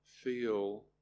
feel